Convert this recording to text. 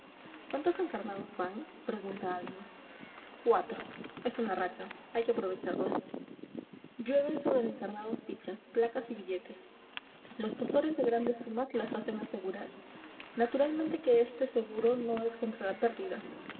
cuántos encarnados van pregunta alguien cuatro es una racha hay que aprovecharla llueven sobre el encarnado fichas placas y billetes los postores de grandes sumas las hacen asegurar naturalmente que este seguro no es contra la pérdida